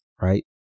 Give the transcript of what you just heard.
Right